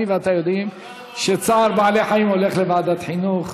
אני ואתה יודעים שצער בעלי חיים הולך לוועדת חינוך,